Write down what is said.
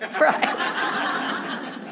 Right